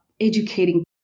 educating